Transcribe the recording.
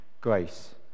grace